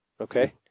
okay